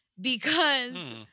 because-